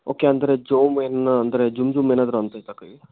okay ಅಂದರೆ ಜೋಮಿನ ಅಂದರೆ ಜುಮ್ ಜುಮ್ ಏನಾದ್ರು ಅಂತೈತ ಕೈ